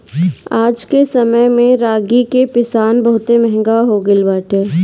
आजके समय में रागी के पिसान बहुते महंग हो गइल बाटे